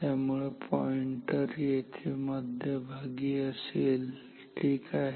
त्यामुळे पॉईंटर येथे मध्यभागी असेल ठीक आहे